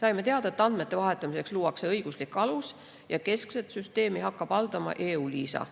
Saime teada, et andmete vahetamiseks luuakse õiguslik alus ja keskset süsteemi hakkab haldama eu-LISA.